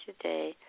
today